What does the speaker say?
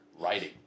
writing